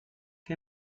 què